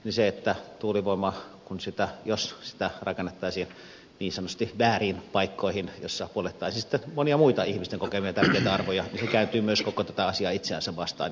isi että tuulivoima on sanonut jos tuulivoimaa rakennettaisiin niin sanotusti vääriin paikkoihin joissa poljettaisiin sitten monia muita ihmisten kokemia tärkeitä arvoja niin se kääntyy myös koko tätä asiaa itseänsä vastaan